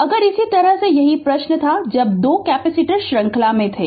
अगला इसी तरह वही प्रश्न था जब 2 कैपेसिटर श्रृंखला में थे